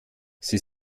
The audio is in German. sie